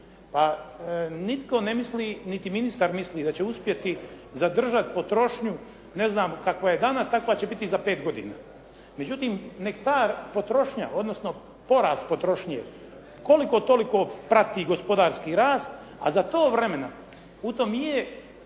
A nitko ne misli, niti ministar misli da će uspjeti zadržati potrošnju, ne znam kakva je danas, takva će biti za pet godina. Međutim, neka ta potrošnja, odnosno porast potrošnje, koliko toliko prati gospodarski rast, a za tog vremena, u tome